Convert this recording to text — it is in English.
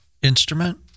Instrument